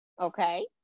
Okay